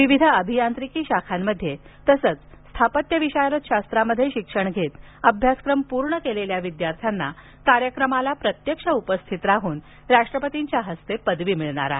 विविध अभियांत्रिकी शाखांमध्ये तसेच स्थापत्यविशारद शास्त्रामध्ये शिक्षण घेत अभ्यासक्रम पूर्ण केलेल्या विद्यार्थ्यांना कार्यक्रमाला प्रत्यक्ष उपस्थित राहून राष्ट्रपतीच्या हस्ते पदवी मिळणार आहे